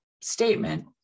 statement